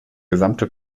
gesamte